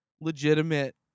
legitimate